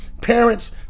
Parents